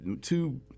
two